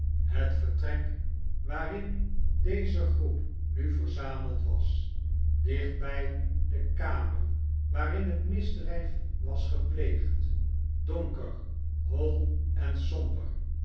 het vertrek waarin deze groep nu verzameld was dichtbij de kamer waarin het misdrijf was gepleegd donker hoi en